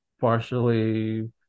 partially